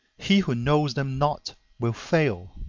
he who knows them not will fail.